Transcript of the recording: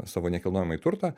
savo nekilnojamąjį turtą